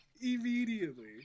immediately